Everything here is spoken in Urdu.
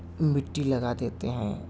مٹی لگا دیتے ہیں